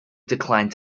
declined